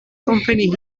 company